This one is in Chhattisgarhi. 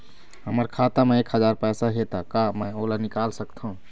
हमर खाता मा एक हजार पैसा हे ता का मैं ओला निकाल सकथव?